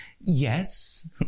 Yes